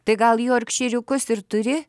tai gal jorkšyriukus ir turi